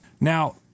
Now